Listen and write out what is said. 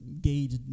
gauge